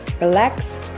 relax